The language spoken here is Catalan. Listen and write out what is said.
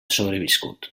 sobreviscut